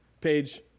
page